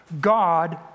God